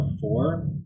four